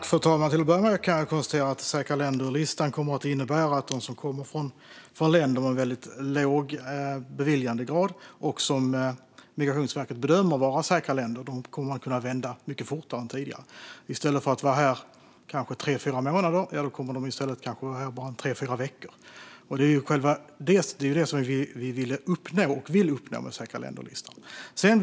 Fru talman! Till att börja med kan jag konstatera att säkra länder-listan kommer att innebära att de som kommer från länder som har väldigt låg beviljandegrad och som Migrationsverket bedömer vara säkra länder kommer att kunna vända mycket fortare än tidigare. I stället för att vara här kanske tre fyra månader kommer de att vara här kanske bara tre fyra veckor. Det var precis det vi ville uppnå med säkra länder-listan.